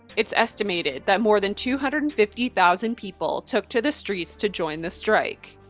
it's estimated that more than two hundred and fifty thousand people took to the streets to join the strike.